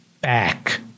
back